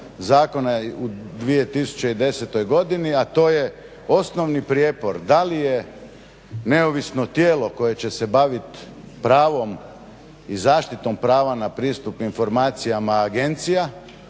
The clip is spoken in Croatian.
zakona u 2010. godini a to je osnovni prijepor da li je neovisno tijelo koje će se bavit pravom i zaštitom prava na pristup informacijama agencija